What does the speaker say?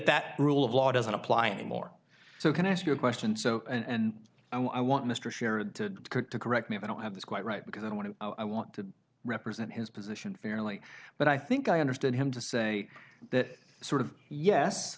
that rule of law doesn't apply anymore so can i ask you a question so and i want mr sherrod to correct me if i don't have this quite right because i want to i want to represent his position fairly but i think i understood him to say that sort of yes